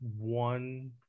one